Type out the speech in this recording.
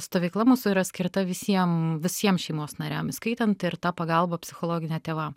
stovykla mūsų yra skirta visiem visiem šeimos nariam įskaitant ir tą pagalbą psichologinę tėvam